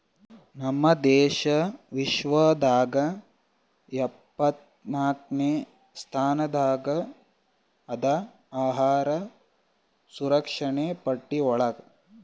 ನಮ್ ದೇಶ ವಿಶ್ವದಾಗ್ ಎಪ್ಪತ್ನಾಕ್ನೆ ಸ್ಥಾನದಾಗ್ ಅದಾ ಅಹಾರ್ ಸುರಕ್ಷಣೆ ಪಟ್ಟಿ ಒಳಗ್